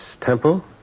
Temple